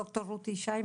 ד"ר רות ישי,